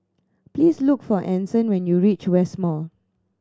please look for Anson when you reach West Mall